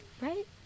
Right